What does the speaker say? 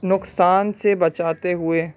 نقصان سے بچاتے ہوئے